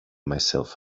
myself